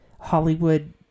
Hollywood